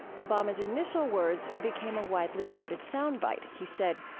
obama's initial words became a widely quoted sound bite. he said,